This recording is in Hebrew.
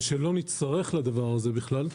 ושלא נצטרך לדבר הזה בכלל.